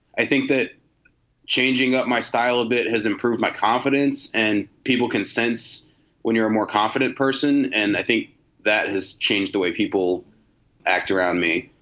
i think that changing up my style a bit has improved my confidence and people can sense when you're a more confident person. and i think that has changed the way people act around me.